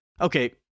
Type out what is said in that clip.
okay